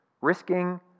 Risking